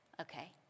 Okay